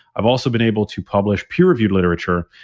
i've also been able to publish peer-reviewed literature.